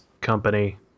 Company